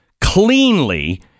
cleanly